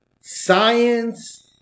science